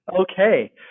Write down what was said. Okay